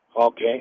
Okay